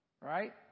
Right